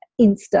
insta